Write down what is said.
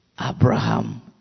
Abraham